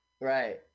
Right